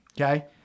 okay